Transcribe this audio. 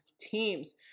teams